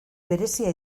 berezia